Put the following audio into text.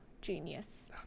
Genius